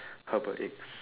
herbal eggs